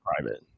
private